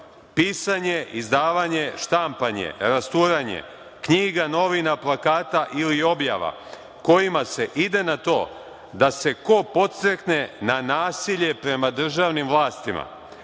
pisanje, izdavanje, štampanje, rasturanje knjiga, novina, plakata ili objava kojima se ide na to da se ko podstrekne na nasilje prema državnim vlastima,